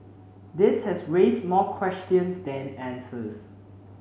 this has raised more questions than answers